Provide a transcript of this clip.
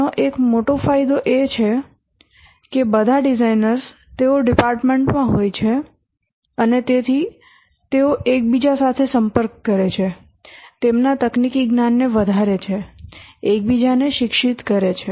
આનો એક મોટો ફાયદો એ છે કે બધા ડિઝાઇનરો તેઓ ડિપાર્ટમેન્ટમાં હોય છે અને તેથી તેઓ એકબીજા સાથે સંપર્ક કરે છે તેમના તકનીકી જ્ઞાનને વધારે છે એકબીજાને શિક્ષિત કરે છે